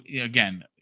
again